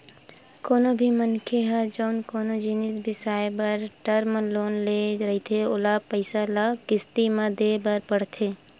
कोनो भी मनखे ह जउन कोनो जिनिस बिसाए बर टर्म लोन ले रहिथे ओला पइसा ल किस्ती म देय बर परथे